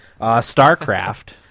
starcraft